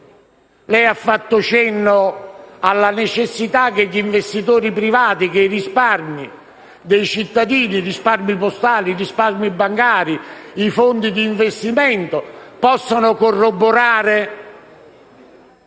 Lei ha accennato alla necessità che gli investimenti privati, i risparmi dei cittadini, i risparmi postali, i risparmi bancari e i fondi di investimento possano corroborare